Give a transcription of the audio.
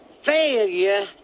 Failure